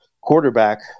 quarterback